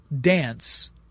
dance